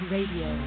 Radio